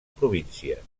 províncies